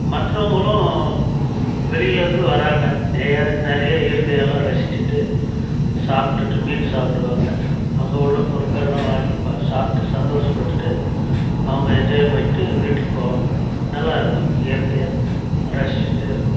மற்றவங்களும் வெளிலேர்ந்து வராங்க நிறைய இயற்கை எல்லாம் ரசிச்சுவிட்டு சாப்பிட்டுட்டு மீன் சாப்பிடுவாங்க அங்கே உள்ள பொருட்கள்லாம் வாங்கி சாப்பிட்டு சந்தோஷப்பட்டுட்டு அவங்க என்ஜாய் பண்ணிட்டு வீட்டுக்கு போவாங்க நல்லா இருக்கும் இயற்கையை ரசிச்சுட்டேயிருக்கோம்